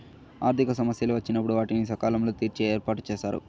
ఆర్థిక సమస్యలు వచ్చినప్పుడు వాటిని సకాలంలో తీర్చే ఏర్పాటుచేశారు